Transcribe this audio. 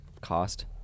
cost